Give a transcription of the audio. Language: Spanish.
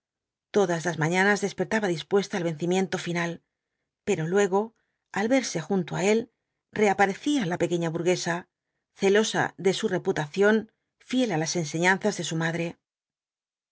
todas las mañanas despertaba dispuesta al vencimiento final pero luego al verse junto á él reaparecía la pequeña burguesa celosa de su reputación fiel á las enseñanzas de su madre